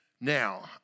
Now